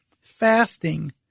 fasting